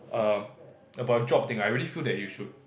err about job thing I really feel that you should